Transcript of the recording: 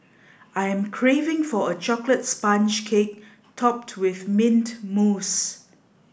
I am craving for a chocolate sponge cake topped with mint mousse